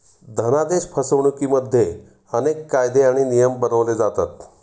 धनादेश फसवणुकिमध्ये अनेक कायदे आणि नियम बनवले जातात